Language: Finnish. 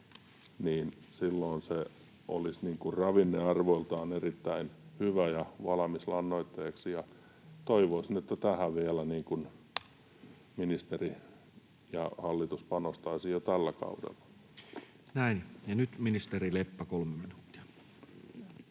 niin silloin se olisi ravinnearvoiltaan erittäin hyvä ja valmis lannoitteeksi. Toivoisin, että tähän vielä ministeri ja hallitus panostaisivat jo tällä kaudella. [Speech 93] Speaker: Toinen